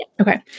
Okay